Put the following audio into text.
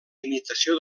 imitació